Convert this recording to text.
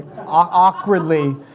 awkwardly